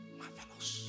marvelous